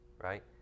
right